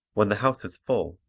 when the house is full,